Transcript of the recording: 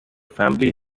family